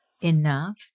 enough